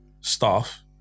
staff